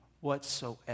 whatsoever